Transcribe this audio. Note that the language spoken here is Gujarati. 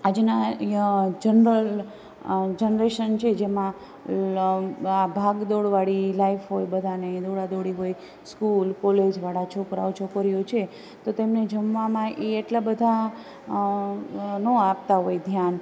આજનાં જનરલ જનરેશન છે જેમાં આ ભાગ દોડવાળી લાઈફ હોય બધાંને દોડા દોડી હોય સ્કૂલ કૉલેજવાળા છોકરાઓ છોકરીઓ છે તો તેમને જમવામાં એ એટલાં બધાં ન આપતાં હોય ધ્યાન